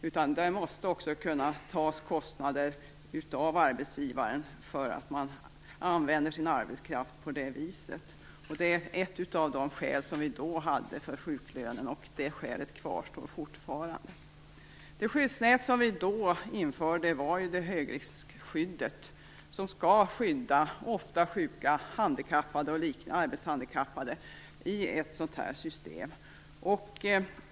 Vi måste kunna ta kostnader från arbetsgivaren för att arbetskraften används på det viset. Det är ett av de skäl som vi då hade för sjuklönen. Det skälet kvarstår fortfarande. Det skyddsnät som vi då införde var högriskskyddet, som skall skydda ofta sjuka, handikappade och arbetshandikappade i ett sådant system.